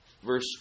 Verse